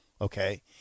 Okay